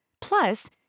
Plus